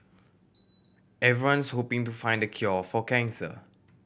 everyone's hoping to find the cure for cancer